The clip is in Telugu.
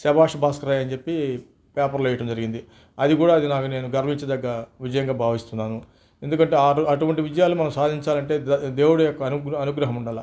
శభాష్ భాస్కరయ్య అని చెప్పి పేపర్లో వేయటం జరిగింది అది కూడా అది నాకు నేను గర్వించదగ్గ విజయంగా భావిస్తున్నాను ఎందుకంటే ఆటు అటువంటి విజయాలు మనం సాధించాలంటే దేవుడి యొక్క అను అనుగ్రహం ఉండాలి